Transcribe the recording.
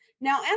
Now